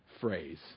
phrase